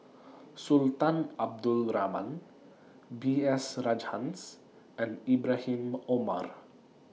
Sultan Abdul Rahman B S Rajhans and Ibrahim Omar